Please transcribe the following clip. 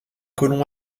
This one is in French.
colons